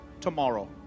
tomorrow